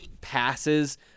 passes